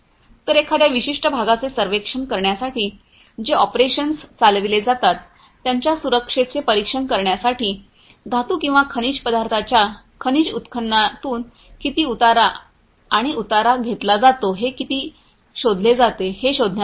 तर एखाद्या विशिष्ट भागाचे सर्वेक्षण करण्यासाठी जे ऑपरेशन्स चालविले जातात त्यांच्या सुरक्षेचे परीक्षण करण्यासाठी धातू किंवा खनिज पदार्थांच्या खनिज उत्खननातून किती उतारा आणि उतारा घेतला जातो ते किती शोधले जाते हे शोधण्यासाठी